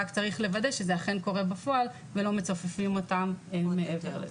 רק צריך לוודא שזה אכן קורה בפועל ולא מצופפים אותם מעבר לזה.